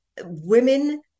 women